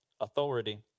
authority